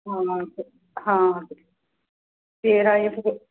ਹਾਂ ਫੇ ਹਾਂ ਫੇ ਫਿਰ ਆ